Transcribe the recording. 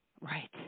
Right